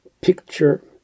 picture